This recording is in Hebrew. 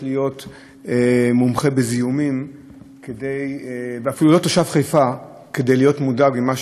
מומחה בזיהומים ואפילו לא תושב חיפה כדי להיות מודאג ממה שקורה במפרץ.